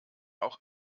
auch